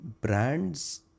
brands